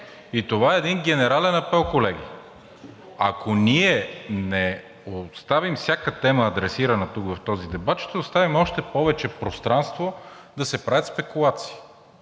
И това е един генерален апел, колеги. Ако ние не оставим всяка тема, адресирана тук в този дебат, ще оставим още повече пространство да се правят спекулации.